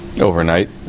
overnight